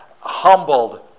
humbled